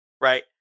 right